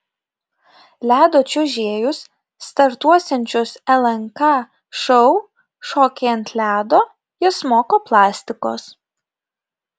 ledo čiuožėjus startuosiančius lnk šou šokiai ant ledo jis moko plastikos